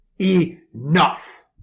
enough